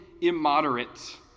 immoderate